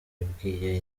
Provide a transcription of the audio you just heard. yabwiye